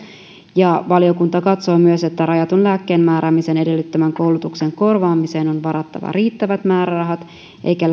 valiokunta katsoo myös että rajatun lääkkeenmääräämisen edellyttämän koulutuksen korvaamiseen on varattava riittävät määrärahat eikä